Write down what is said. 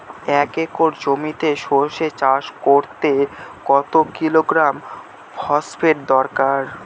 এক একর জমিতে সরষে চাষ করতে কত কিলোগ্রাম ফসফেট দরকার?